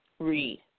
Read